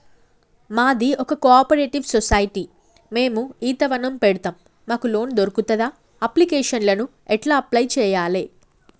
మాది ఒక cooperative society మేము ఈత వనం పెడతం మాకు లోన్ దొర్కుతదా? అప్లికేషన్లను ఎట్ల అప్లయ్ చేయాలే?